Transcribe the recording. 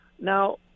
Now